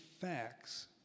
facts